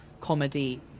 comedy